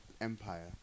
Empire